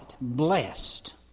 blessed